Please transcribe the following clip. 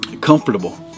comfortable